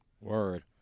Word